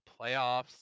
playoffs